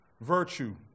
virtue